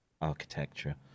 architecture